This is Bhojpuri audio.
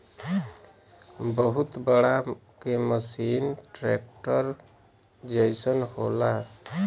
बहुत बड़ा के मसीन ट्रेक्टर जइसन होला